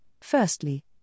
firstly